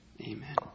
Amen